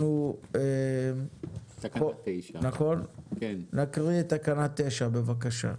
ואנחנו נקריא את תקנה 9, בבקשה.